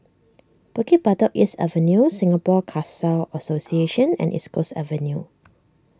Bukit Batok East Avenue Singapore Khalsa Association and East Coast Avenue